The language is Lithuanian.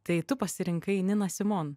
tai tu pasirinkai niną simon